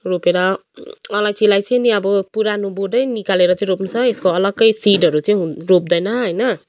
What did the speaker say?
रोपेर अलैँचीलाई चाहिँ नि अब पुरानो बोटै निकालेर चाहिँ रोप्नुहोस् है यसको अलगै सिडहरू चाहिँ रोप्दैन होइन